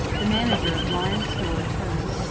the manager of lyne's store turned,